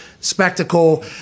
spectacle